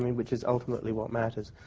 i mean which is ultimately what matters,